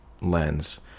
lens